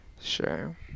Sure